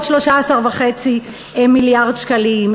13.5 מיליארד שקלים,